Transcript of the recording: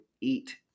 eat